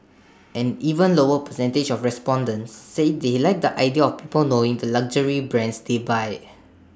an even lower percentage of respondents said they like the idea of people knowing the luxury brands they buy